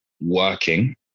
working